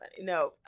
No